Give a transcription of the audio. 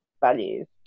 values